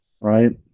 right